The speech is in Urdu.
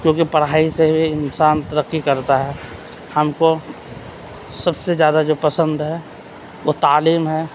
کیونکہ پڑھائی سے ہی انسان ترقّی کرتا ہے ہم کو سب سے زیادہ جو پسند ہے وہ تعلیم ہے